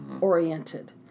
oriented